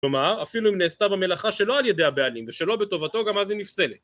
כלומר אפילו אם נעשתה במלאכה שלא על ידי הבעלים ושלא בטובתו גם אז היא נפסלת